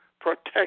protect